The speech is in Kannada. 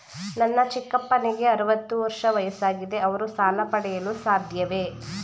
ನನ್ನ ಚಿಕ್ಕಪ್ಪನಿಗೆ ಅರವತ್ತು ವರ್ಷ ವಯಸ್ಸಾಗಿದೆ ಅವರು ಸಾಲ ಪಡೆಯಲು ಸಾಧ್ಯವೇ?